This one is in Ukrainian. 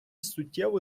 суттєво